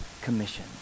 Commission